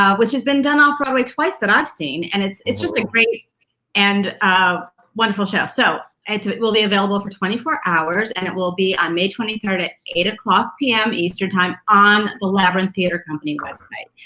um which has been done off-broadway twice that i've seen and it's it's just a great and um wonderful show. so, it will be available for twenty four hours and it will be on may twenty third at eight o'clock pm, eastern time on the labyrinth theater company website.